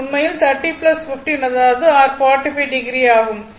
அது உண்மையில் 30 15 அதாவது r 45o ஆகும்